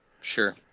Sure